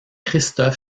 christophe